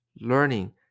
learning